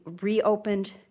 reopened